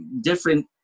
different